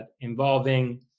involving